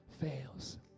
fails